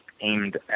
aimed